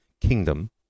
kingdom